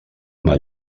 mal